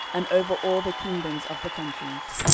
and over all the kingdoms of the countries.